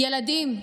"ילדים,